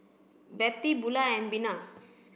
Bettie Bula and Bina